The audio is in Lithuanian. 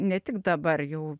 ne tik dabar jau